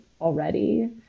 already